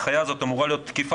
לא תמיד הכול היה מקובל,